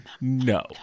No